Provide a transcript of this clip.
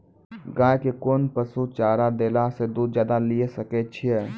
गाय के कोंन पसुचारा देला से दूध ज्यादा लिये सकय छियै?